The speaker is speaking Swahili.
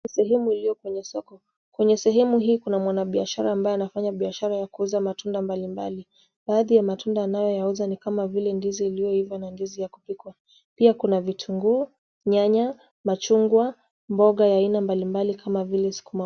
Sehemu iliyo kwenye soko. Kwenye sehemu hii kuna mwanabiashara ambaye anafanya biashara ya kuuza matunda mbalimbali. Baadhi ya matunda anayouza ni kama ndizi iliyoiva na ndizi ya kupikwa. Pia kuna vitunguu, nyanya, machungwa, mboga ya aina mbalimbali kama vile sukumawiki.